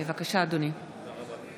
יואל אדלשטיין, מצביע אמיר אוחנה,